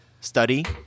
study